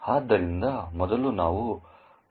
ಆದ್ದರಿಂದ ಮೊದಲು ನಾವು mylib